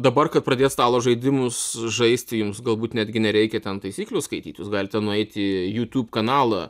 dabar kad pradėt stalo žaidimus žaisti jums galbūt netgi nereikia ten taisyklių skaityt jūs galite nueiti į youtube kanalą